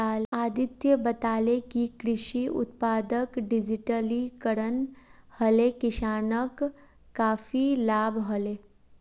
अदित्य बताले कि कृषि उत्पादक डिजिटलीकरण हले किसानक काफी लाभ हले